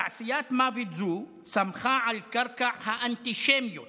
תעשיית מוות זו צמחה על קרקע האנטישמיות